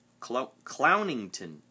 Clownington